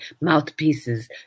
mouthpieces